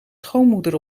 schoonmoeder